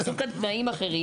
כתוב כאן תנאים אחרים.